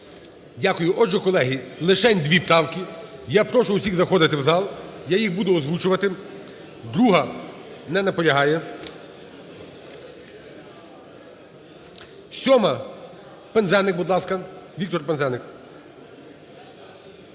Дякую. Отже, колеги, лишень дві правки. Я прошу всіх заходити в зал. Я їх буду озвучувати. 2-а. Не наполягає. 7-а. Пинзеник, будь ласка, Віктор Пинзеник.